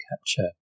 capture